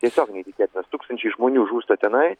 tiesiog neįtikėtinas tūkstančiai žmonių žūsta tenai